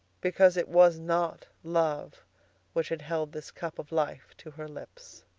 because it was not love which had held this cup of life to her lips.